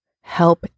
Help